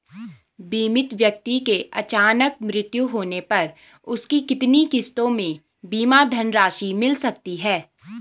बीमित व्यक्ति के अचानक मृत्यु होने पर उसकी कितनी किश्तों में बीमा धनराशि मिल सकती है?